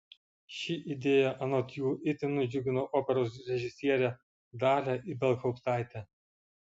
ši idėja anot jų itin nudžiugino operos režisierę dalią ibelhauptaitę